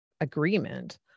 agreement